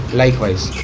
likewise।